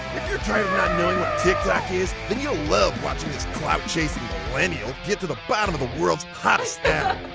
if you're tired of not knowing what tiktok is, then you'll love watching this clout-chasing millennial get to the bottom of the world's hottest app.